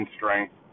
strength